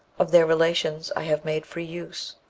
of their relations i have made free use.